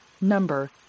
Number